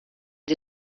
sie